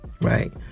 right